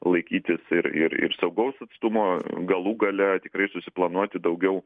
laikytis ir ir ir saugaus atstumo galų gale tikrai susiplanuoti daugiau